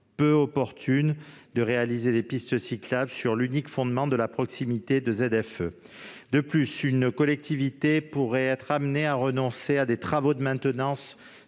peu opportunes de réaliser des pistes cyclables sur l'unique fondement de la proximité d'une ZFE-m. De plus, une collectivité pourrait être amenée à renoncer à des travaux de maintenance